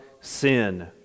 sin